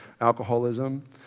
alcoholism